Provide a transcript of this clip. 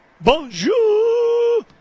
Bonjour